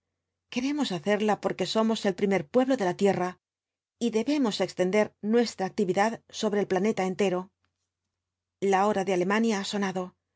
queremos hacerla porque somos el primer pueblo de la tierra y debemos extender nuestra actividad sobre el planeta entero la hora de alemania ha sonado